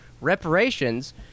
reparations